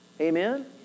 Amen